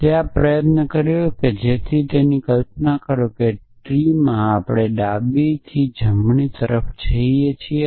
તે આ પ્રયત્ન કર્યો છે તેથી જ કલ્પના કરો કે તે ટ્રીમાં આપણે ડાબેથી જમણે જઈ રહ્યા છીયે